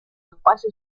espacio